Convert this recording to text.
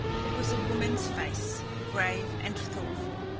it was a woman's face, grave and thoughtful,